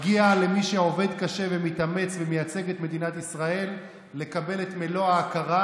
מגיע למי שעובד קשה ומתאמץ ומייצג את מדינת ישראל לקבל את מלוא ההכרה,